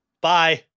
Bye